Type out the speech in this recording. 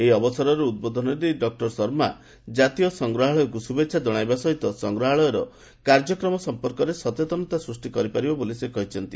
ଏହି ଅବସରରେ ଉଦ୍ବୋଧନ ଦେଇ ଡକ୍ର ଶର୍ମା କ୍ରାତୀୟ ସଂଗ୍ରହାଳୟକୁ ଶୁଭେଚ୍ଛା ଜଣାଇବା ସହିତ ସଂଗ୍ରହାଳୟର କାର୍ଯ୍ୟକ୍ରମ ସଂପର୍କରେ ସଚେତନତା ସୃଷ୍ଟି କରିପାରିବ ବୋଲି ସେ କହିଛନ୍ତି